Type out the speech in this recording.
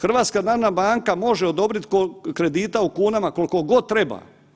HNB može odobrit kredita u kunama kolko god treba.